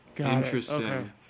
Interesting